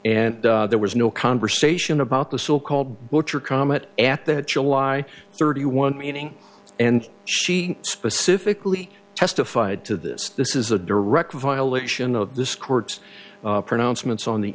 and there was no conversation about the so called butcher comet at that july thirty one meeting and she specifically testified to this this is a direct violation of this court's pronouncements on the